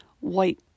white